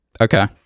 Okay